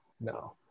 No